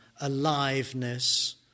aliveness